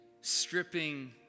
stripping